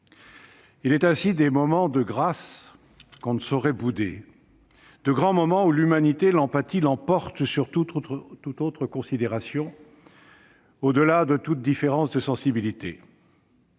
il est des moments de grâce que l'on ne saurait bouder, de grands moments où l'humanité et l'empathie l'emportent sur toute autre considération, au-delà des différences de sensibilité.